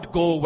go